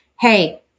Hey